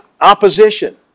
opposition